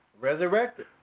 Resurrected